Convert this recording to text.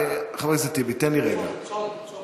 חבר הכנסת טיבי, תן לי רגע, צום, צום, צום.